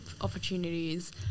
opportunities